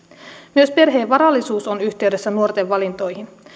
myös perheen varallisuus on yhteydessä nuorten valintoihin